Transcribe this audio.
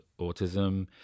autism